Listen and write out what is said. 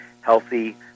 healthy